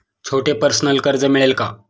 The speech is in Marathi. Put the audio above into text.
छोटे पर्सनल कर्ज मिळेल का?